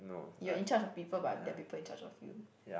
you're in charge of people but their people in charge of you